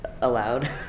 allowed